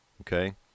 Okay